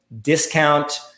discount